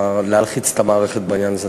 להלחיץ את המערכת בעניין הזה.